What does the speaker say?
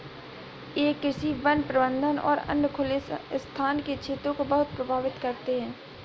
ये कृषि, वन प्रबंधन और अन्य खुले स्थान के क्षेत्रों को बहुत प्रभावित करते हैं